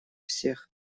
всех